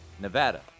Nevada